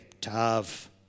Tav